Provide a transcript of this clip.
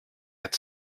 had